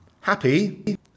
happy